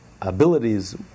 abilities